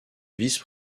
vice